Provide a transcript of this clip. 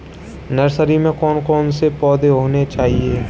Nursery में कौन कौन से पौधे होने चाहिए?